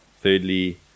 Thirdly